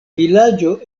vilaĝo